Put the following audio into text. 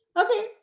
Okay